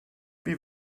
wie